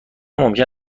ممکن